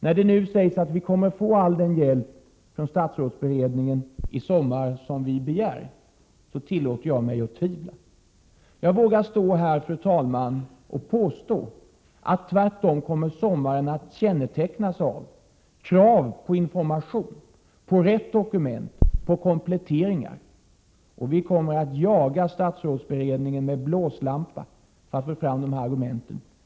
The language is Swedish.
När det sägs att vi i sommar kommer att få all den hjälp från statsrådsberedningen som vi begär tillåter jag mig att tvivla. Jag vågar stå här, fru talman, och påstå att sommaren tvärtom kommer att kännetecknas av krav på information, på rätt dokument, på kompletteringar, och vi kommer att jaga statsrådsberedningen med blåslampa för att få fram dokument.